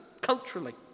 Culturally